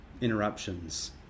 interruptions